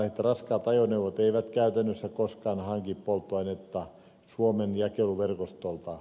venäläiset raskaat ajoneuvot eivät käytännössä koskaan hanki polttoainetta suomen jakeluverkostolta